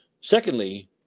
secondly